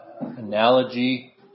analogy